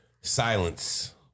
Silence